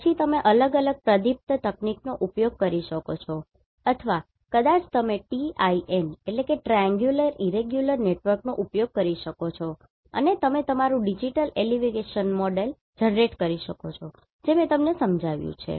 પછી તમે અલગ પ્રદીપ્ત તકનીકનો ઉપયોગ કરી શકો છો અથવા કદાચ તમે TIN નો ઉપયોગ કરી શકો છો અને તમે તમારું ડિજિટલ એલિવેશન મોડેલ જનરેટ કરી શકો છો જે મેં સમજાવ્યું છે